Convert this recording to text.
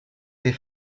des